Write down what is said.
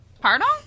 pardon